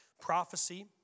prophecy